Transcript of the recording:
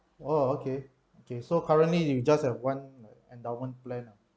oh okay okay so currently you just have one like endowment plan uh